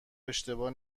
اشتباه